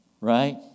right